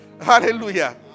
Hallelujah